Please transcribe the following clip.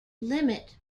limit